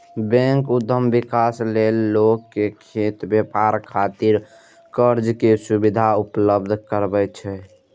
bank उद्यम विकास लेल लोक कें खेती, व्यापार खातिर कर्ज के सुविधा उपलब्ध करबै छै